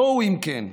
בואו, אם כן,